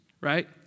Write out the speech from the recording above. right